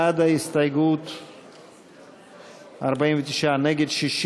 בעד ההסתייגות, 49, נגד, 60,